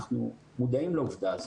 אנחנו מודעים לעובדה הזאת,